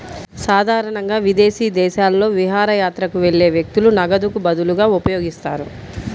సాధారణంగా విదేశీ దేశాలలో విహారయాత్రకు వెళ్లే వ్యక్తులు నగదుకు బదులుగా ఉపయోగిస్తారు